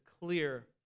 clear